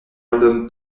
album